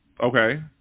Okay